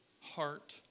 heart